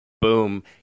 Boom